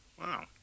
Wow